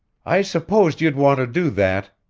i supposed you'd want to do that,